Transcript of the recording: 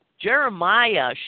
Jeremiah